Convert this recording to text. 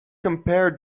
compare